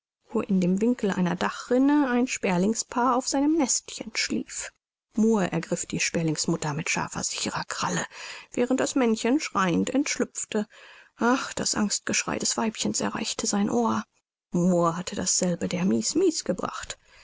wo in dem winkel einer dachrinne ein sperlingspaar auf seinem nestchen schlief murr ergriff die sperlingsmutter mit scharfer sicherer kralle während das männchen schreiend entschlüpfte ach das angstgeschrei des weibchens erreichte sein ohr murr hatte dasselbe der mies mies gebracht